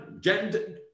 gender